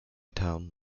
town